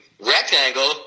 rectangle